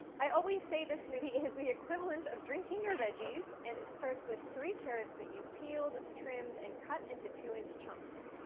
i always say this smoothie is the equivalent of drinking your veggies and it starts with three carrots that you've peeled, trimmed and cut into two inch chunks.